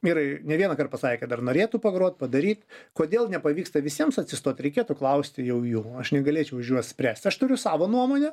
vyrai ne vienąkart pasakė dar norėtų pagrot padaryt kodėl nepavyksta visiems atsistot reikėtų klausti jau jų aš negalėčiau už juos spręsti aš turiu savo nuomonę